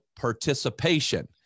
participation